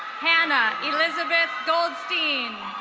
hannah elizabeth goldstein.